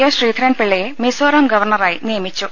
S ശ്രീധരൻപിള്ളയെ മിസോറം ഗവർണറായി നിയമിച്ചു